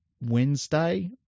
wednesday